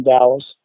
Dallas